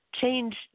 change